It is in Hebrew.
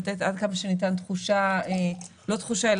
כדי לתת עד כמה שניתן תחושה לא תחושה אלא